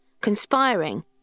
conspiring